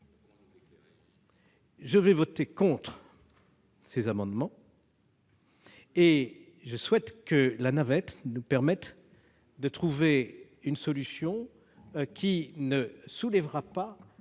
Je voterai contre ces amendements, et je souhaite que la navette nous permette de trouver une solution qui ne soulèvera pas